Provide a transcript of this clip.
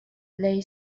they